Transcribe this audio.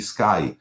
Sky